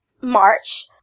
March –